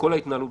בכל ההתנהלות.